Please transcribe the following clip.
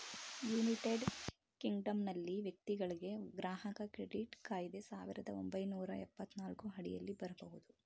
United ಕಿಂಗ್ಡಮ್ನಲ್ಲಿ ವ್ಯಕ್ತಿಗಳ್ಗೆ ಗ್ರಾಹಕ ಕ್ರೆಡಿಟ್ ಕಾಯ್ದೆ ಸಾವಿರದ ಒಂಬೈನೂರ ಎಪ್ಪತ್ತನಾಲ್ಕು ಅಡಿಯಲ್ಲಿ ಬರಬಹುದು